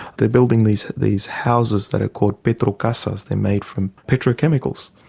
they're building these these houses that are called petrocasas they're made from petrochemicals.